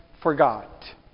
forgot